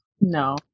No